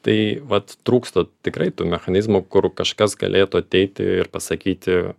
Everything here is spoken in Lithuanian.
tai vat trūksta tikrai tų mechanizmų kur kažkas galėtų ateiti ir pasakyti